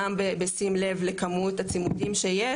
גם בשים לב לכמות הצימודים שיש,